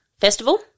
festival